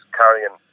carrying